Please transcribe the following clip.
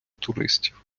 туристів